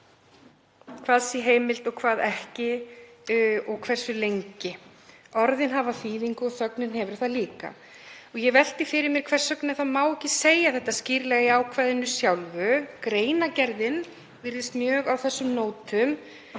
hvað sé heimilt og hvað ekki og hversu lengi. Orðin hafa þýðingu og þögnin hefur það líka. Ég velti því fyrir mér hvers vegna ekki má segja þetta skýrlega í ákvæðinu sjálfu. Greinargerðin virðist mjög á þessum nótum